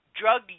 drug